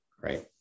Right